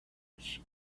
horse